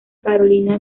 carolina